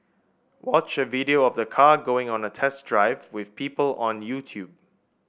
watch a video of the car going on a test drive with people on YouTube